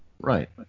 Right